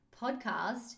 podcast